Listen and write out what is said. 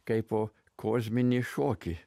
kaipo kosminį šokį